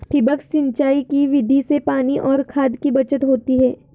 ठिबक सिंचाई की विधि से पानी और खाद की बचत होती है